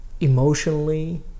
emotionally